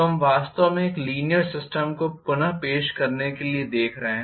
तो हम वास्तव में एक लीनीयर सिस्टम को पुन पेश करने के लिए देख रहे हैं